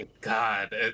God